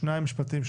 שניים משפטים,